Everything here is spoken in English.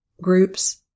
groups